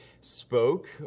spoke